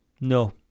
No